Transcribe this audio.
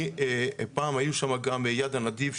פעם היו שם גם יד הנדיב,